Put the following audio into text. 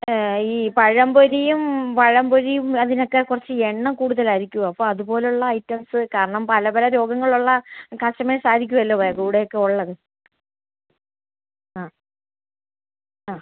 ഈ പഴംപൊരിയും പഴംപൊരിയും അതിനൊക്കെ കുറച്ച് എണ്ണ കൂടുതൽ ആയിരിക്കുമോ അപ്പോൾ അത് പോലെയുള്ള ഐറ്റംസ് കാരണം പല പല രോഗങ്ങൾ ഉള്ള കസ്റ്റമേഴ്സ് ആയിരിക്കുമല്ലോ വ കൂടെ ഒക്കെ ഉള്ളത് ആ ആ